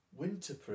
Winterproof